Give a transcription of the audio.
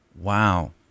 wow